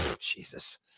Jesus